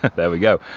there we go.